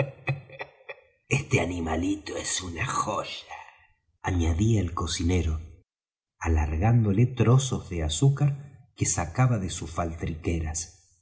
este animalito es un joya añadía el cocinero alargándole trozos de azúcar que sacaba de sus